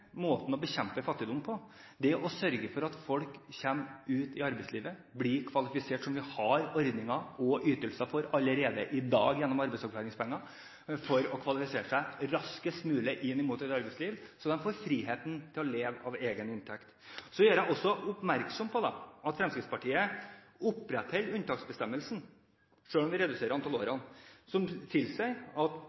måten å bekjempe fattigdom på er å sørge for at folk kommer ut i arbeidslivet og blir kvalifisert, som vi har ordninger og ytelser for allerede i dag gjennom arbeidsavklaringspenger, at de kvalifiserer seg raskest mulig inn mot et arbeidsliv, så de får friheten til å leve av egen inntekt. Så gjør jeg også oppmerksom på at Fremskrittspartiet opprettholder unntaksbestemmelsen selv om vi reduserer antall år, som tilsier at